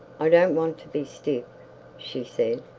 i don't want to be stiff she said,